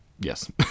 Yes